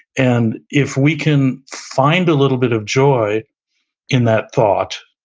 and if we can find a little bit of joy in that thought,